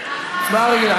הצבעה רגילה.